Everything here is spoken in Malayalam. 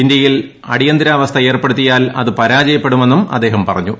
ഇന്ത്യയിൽ അടിയന്തരാവസ്ഥ ഏർപ്പെടുത്തിയാൽ അത് പരാജയപ്പെടുമെന്നും അദ്ദേഹം പറഞ്ഞു